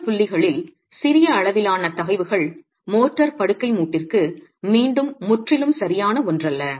மற்ற புள்ளிகளில் சிறிய அளவிலான தகைவுகள் மோர்ட்டார் படுக்கை மூட்டிற்கு மீண்டும் முற்றிலும் சரியான ஒன்றல்ல